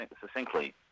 succinctly